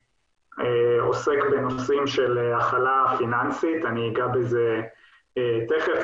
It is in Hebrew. עוסק בנושאים של הכלה פיננסית, אני אגע בזה תיכף.